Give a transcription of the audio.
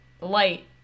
light